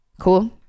Cool